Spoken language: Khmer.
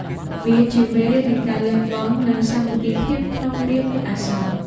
វាជាមេរៀននៃការលះបង់ និងសាមគ្គីភាពក្នុងគ្រាមានអាសន្ន។